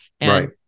Right